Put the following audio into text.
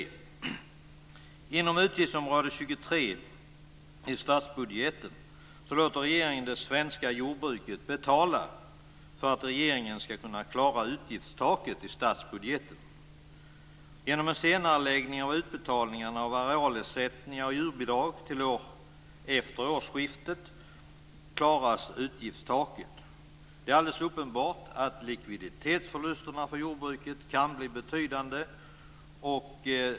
Inom utgiftsområde 23 i statsbudgeten låter regeringen det svenska jordbruket betala för att regeringen ska kunna klara utgiftstaket i statsbudgeten. Genom en senareläggning av utbetalningarna av arealersättningar och djurbidrag till efter årsskiftet klaras utgiftstaket. Det är alldeles uppenbart att likviditetsförlusterna för jordbruket kan bli betydande.